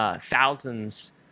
Thousands